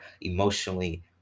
emotionally